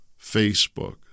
Facebook